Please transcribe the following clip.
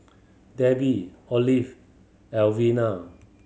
Debi Olive Alvena